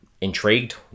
intrigued